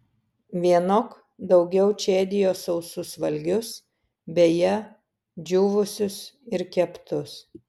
vienok daugiau čėdijo sausus valgius beje džiūvusius ir keptus